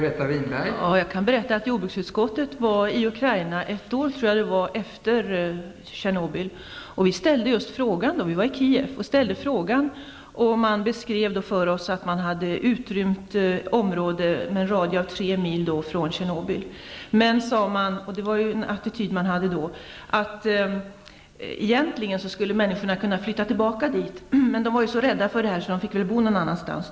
Fru talman! Jordbruksutskottet var i Ukraina drygt ett år efter Tjernobylolyckan. Vi besökte bl.a. Kijev. Vi ställde frågor. Man beskrev för oss att man hade utrymt ett område med en radie av tre mil från Tjernobyl. Man sade emellertid -- och det visar på den attityd man hade då -- att människorna egentligen skulle kunna flytta tillbaka, men eftersom de är så rädda får de väl bo någon annanstans.